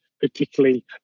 particularly